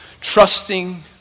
trusting